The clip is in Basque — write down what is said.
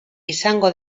izango